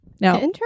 Now